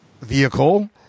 vehicle